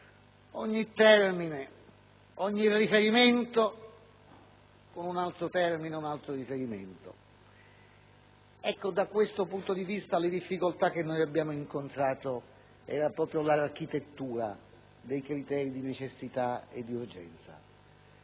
ogni termine, ogni riferimento con un altro termine e un altro riferimento. Da questo punto di vista le difficoltà che noi abbiamo incontrato erano proprio l'architettura dei criteri di necessità e di urgenza.